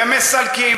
ומסלקים,